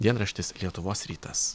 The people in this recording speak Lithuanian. dienraštis lietuvos rytas